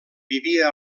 vivia